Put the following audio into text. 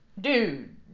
dude